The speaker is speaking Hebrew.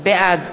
בעד